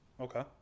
Okay